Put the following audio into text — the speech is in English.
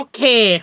Okay